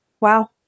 Wow